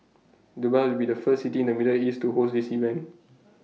Dubai will be the first city in the middle east to host this event